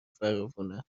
فراوونه